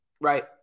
right